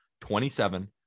27